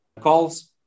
calls